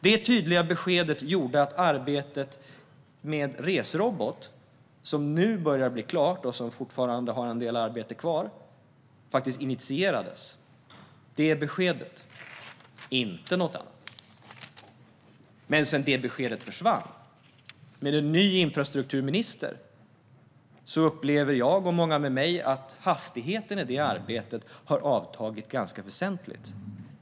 Det tydliga beskedet gjorde att arbetet med Resrobot, som nu börjar bli klar även om det fortfarande är en del arbete kvar, faktiskt initierades. Det var beskedet, inte något annat. Sedan det beskedet försvann och med en ny infrastrukturminister upplever jag och många med mig att hastigheten i arbetet har avtagit ganska väsentligt.